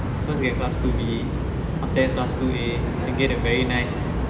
first get class two B after that class two A then get a very nice